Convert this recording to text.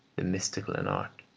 the mystical in art,